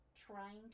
trying